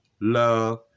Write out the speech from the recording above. love